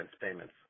payments